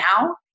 now